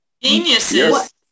geniuses